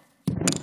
בבקשה.